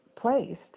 placed